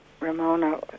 Ramona